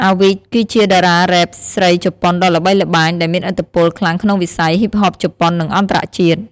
Awich គឺជាតារារ៉េបស្រីជប៉ុនដ៏ល្បីល្បាញ ដែលមានឥទ្ធិពលខ្លាំងក្នុងវិស័យហ៊ីបហបជប៉ុន និងអន្តរជាតិ។